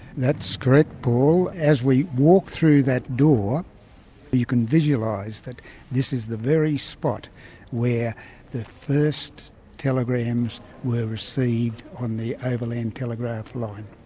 that's correct, paul. as we walk through that door you can visualise that this is the very spot where the first telegrams were received on the overland telegraph line.